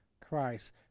Christ